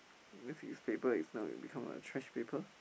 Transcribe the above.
because his paper is now become a trash paper